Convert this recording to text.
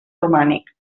romànic